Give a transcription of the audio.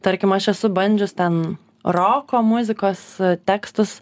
tarkim aš esu bandžius ten roko muzikos tekstus